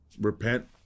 Repent